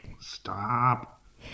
stop